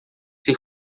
ser